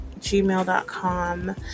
gmail.com